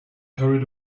hurried